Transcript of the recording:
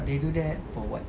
they do that for what